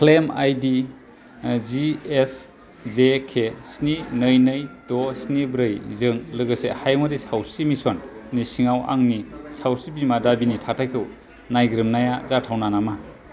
claim ID जिएसजेके स्नि नै नै द स्नि ब्रैजों लोगोसे हायुंआरि सावस्रि मिसन नि सिङाव आंनि सावस्रि बीमा दाबिनि थाथायखौ नायग्रोमनाया जाथावना नामा